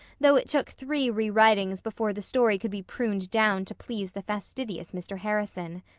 though it took three re-writings before the story could be pruned down to please the fastidious mr. harrison.